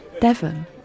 Devon